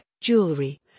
jewelry